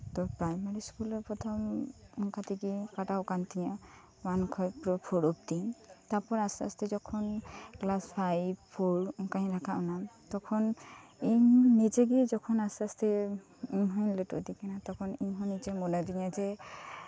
ᱟᱫᱚ primary school ᱨᱮ ᱯᱨᱚᱛᱷᱚᱢ ᱚᱱᱠᱟ ᱛᱮᱜᱮ ᱫᱤᱱ ᱠᱟᱴᱟᱣ ᱠᱟᱱ ᱛᱤᱧᱟ ᱳᱣᱟᱱ ᱠᱷᱚᱱ ᱯᱷᱳᱨ ᱚᱵᱫᱤ ᱛᱟᱨᱯᱚᱨ ᱟᱥᱛᱮ ᱟᱥᱛᱮ ᱡᱚᱠᱷᱚᱱ ᱠᱮᱞᱟᱥ ᱯᱷᱟᱭᱤᱵᱷ ᱯᱷᱳᱨ ᱚᱱᱠᱟᱧ ᱨᱟᱠᱟᱵᱽ ᱮᱱᱟ ᱛᱚᱠᱷᱚᱱ ᱤᱧ ᱱᱤᱡᱮ ᱜᱮ ᱡᱚᱠᱷᱚᱱ ᱟᱥᱛᱮ ᱟᱥᱛᱮ ᱤᱧ ᱦᱚᱧ ᱞᱟᱹᱴᱩ ᱤᱫᱤᱜ ᱠᱟᱱᱟ ᱛᱚᱠᱷᱚᱱ ᱤᱧᱦᱚᱸ ᱱᱤᱡᱮ ᱢᱚᱱᱮ ᱟᱫᱤᱧᱟ ᱡᱮ